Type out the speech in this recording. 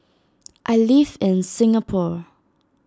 I live in Singapore